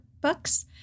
books